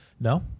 No